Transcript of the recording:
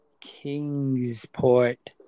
Kingsport